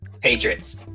Patriots